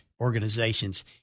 organizations